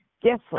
Yes